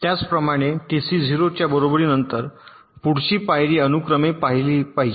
त्याचप्रमाणे टीसी 0 च्या बरोबरीनंतर पुढची पायरी अनुक्रमे पाहिली पाहिजे